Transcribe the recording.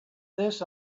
this